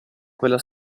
quella